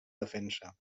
defensa